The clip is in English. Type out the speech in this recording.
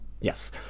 Yes